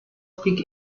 speak